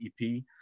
EP